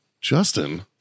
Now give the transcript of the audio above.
justin